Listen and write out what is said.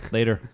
Later